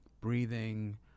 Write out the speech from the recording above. Breathing